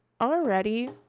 already